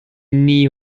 nie